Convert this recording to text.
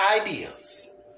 ideas